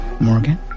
Morgan